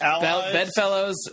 Bedfellows